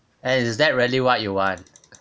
and is that really what you want